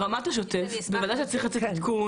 ברמת השוטף בוודאי שצריך לצאת עדכון